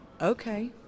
Okay